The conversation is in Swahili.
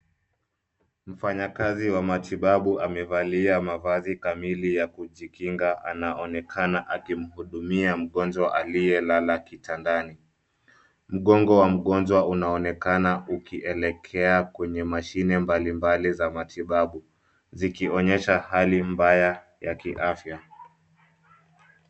Mfanyakazi wa matibabu amevalia mavazi kamili ya kujikinga. Anaonekana akimhudumia mgonjwa aliyelala kitandani. Mgongo wa mgonjwa unaonekana ukielekea kwenye mashine mbali mbali za matibabu zikionyesha hali mbaya ya kiafya.